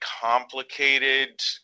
complicated